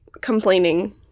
Complaining